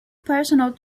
personal